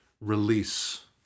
release